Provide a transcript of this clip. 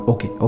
Okay